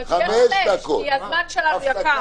כי הזמן שלנו יקר.